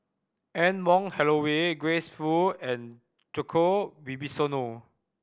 Anne Wong Holloway Grace Fu and Djoko Wibisono